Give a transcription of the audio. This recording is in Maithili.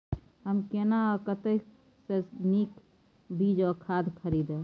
हम केना आ कतय स नीक बीज आ खाद खरीदे?